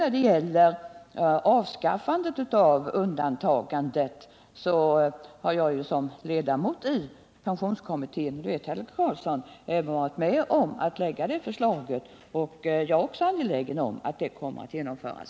När det gäller avskaffandet av undantagandet har jag som medlem av pensionskommittén, och det vet Helge Karlsson, också varit med om att lägga fram förslaget, så även jag är angelägen om att det kommer att genomföras.